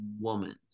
woman